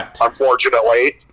unfortunately